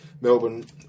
Melbourne